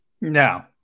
No